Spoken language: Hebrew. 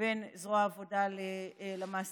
בין זרוע העבודה למעסיקים.